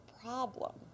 problem